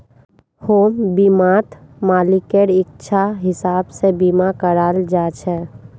home बीमात मालिकेर इच्छार हिसाब से बीमा कराल जा छे